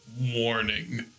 Warning